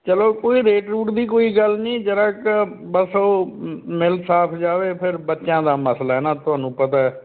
ਚਲੋ ਕੋਈ ਰੇਟ ਰੂਟ ਦੀ ਕੋਈ ਗੱਲ ਨਹੀਂ ਜਰਾ ਕੁ ਬਸ ਉਹ ਮਿਲ ਸਾਫ ਜਾਵੇ ਫਿਰ ਬੱਚਿਆਂ ਦਾ ਮਸਲਾ ਨਾ ਤੁਹਾਨੂੰ ਪਤਾ